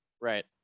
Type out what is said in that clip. Right